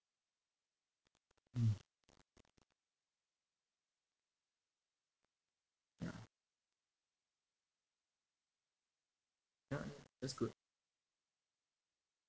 mm ya ya ya that's good